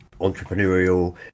entrepreneurial